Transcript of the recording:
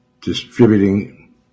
distributing